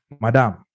Madam